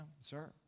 sir